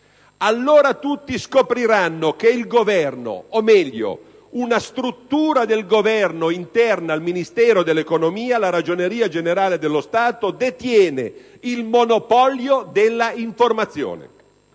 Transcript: Allora tutti scopriranno che il Governo, o meglio una struttura del Governo interna al Ministero dell'economia - la Ragioneria generale dello Stato - detiene il monopolio dell'informazione.